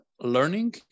learning